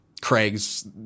Craig's